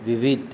વિવિધ